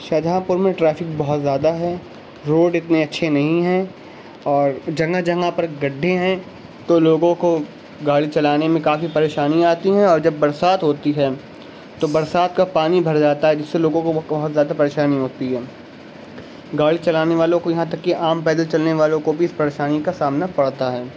شاہجہاں پور میں ٹرافک بہت زیادہ ہے روڈ اتنے اچھے نہیں ہیں اور جگہ جگہ پر گڈھے ہیں تو لوگوں کو گاڑی چلانے میں کافی پریشانیاں آتی ہیں اور جب برسات ہوتی ہیں تو برسات کا پانی بھر جاتا ہے جس سے لوگوں کو بہت زیادہ پریشانی ہوتی ہے گاڑی چلانے والوں کو یہاں تک کہ عام پیدل چلنے والوں کو بھی اس پریشانی کا سامنا پڑتا ہے